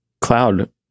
cloud